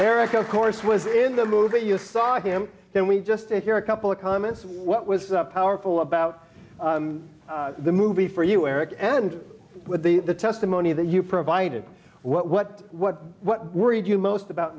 eric of course was in the movie you saw him then we just if you're a couple of comments what was powerful about the movie for you eric and with the testimony that you provided what what what what worried you most about